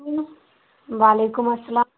وعلیکم اسلام